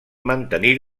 mantenir